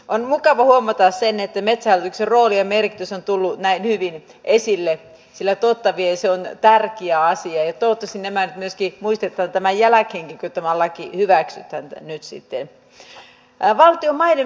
on mukava huomata se että metsähallituksen rooli ja merkitys on tullut näin hyvin esille sillä totta vie se on tärkeä asia ja toivottavasti nämä muistettaisiin tämän jälkeenkin kun tämä laki nyt hyväksytään